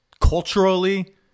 culturally